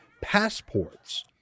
passports